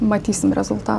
matysime rezulta